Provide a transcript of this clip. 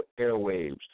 airwaves